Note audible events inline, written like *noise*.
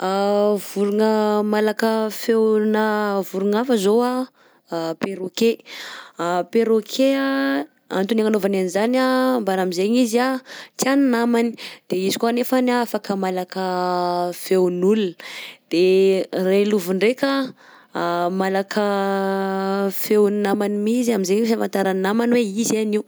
*hesitation* Vorogna malaka feonà vorogna hafa zao anh *hesitation* perroquet, *hesitation* perroquet anh, antony agnanaovany an'zany anh mbara am'zaigny izy anh tian'ny namany; de izy koa anefany afaka malaka *hesitation* feon'olona. _x000D_ De railovy ndraika *hesitation* malaka feon'ny namany mi izy amin'izay misy ahafantaran'ny namany hoe izy any io.